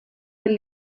del